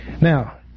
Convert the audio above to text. Now